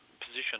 position